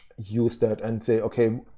use that and say, okay,